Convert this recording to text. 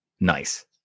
Nice